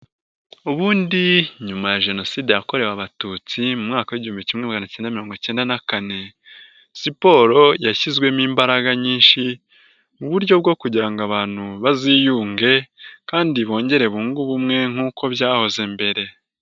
Ubundi nyuma ya Jenoside yakorewe Abatutsi, mwaka w'igihumbi kimwe magana cyenda mirongo icyenda na kane, siporo yashyizwemo imbaraga nyinshi mu buryo bwo kugira ngo abantu baziyunge kandi bongere bunge ubumwe nkuko byahoze mbere.